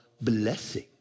blessing